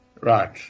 Right